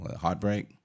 Heartbreak